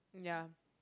ya